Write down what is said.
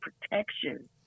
protection